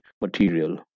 material